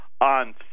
on